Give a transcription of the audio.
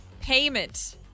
payment